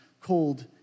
called